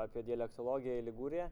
apie dialektologiją į ligūriją